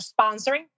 sponsoring